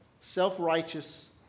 self-righteous